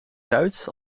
duits